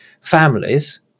families